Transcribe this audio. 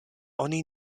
oni